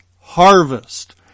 harvest